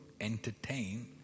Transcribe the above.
entertain